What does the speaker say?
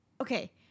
okay